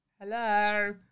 hello